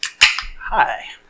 Hi